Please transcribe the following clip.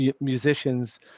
musicians